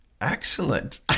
Excellent